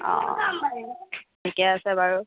অঁ ঠিকে আছে বাৰু